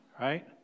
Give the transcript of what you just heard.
right